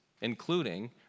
including